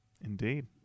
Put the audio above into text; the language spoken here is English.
indeed